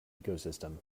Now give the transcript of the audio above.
ecosystem